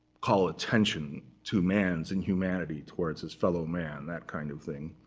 call attention to man's inhumanity towards his fellow man that kind of thing.